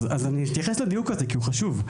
אתייחס לדיוק הזה כי הוא חשוב.